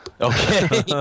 Okay